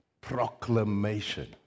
proclamation